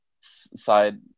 side